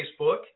Facebook